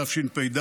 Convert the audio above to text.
התשפ"ד